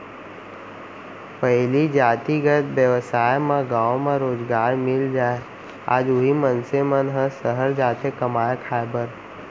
पहिली जातिगत बेवसाय म गाँव म रोजगार मिल जाय आज उही मनसे मन ह सहर जाथे कमाए खाए बर